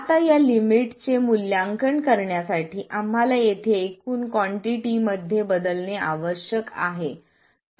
आता या लिमिट चे मूल्यांकन करण्यासाठी आम्हाला येथे एकूण कॉन्टिटी मध्ये बदलणे आवश्यक आहे